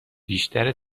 بیشتر